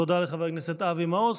תודה לחבר הכנסת אבי מעוז.